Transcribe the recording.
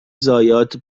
ضایعات